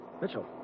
mitchell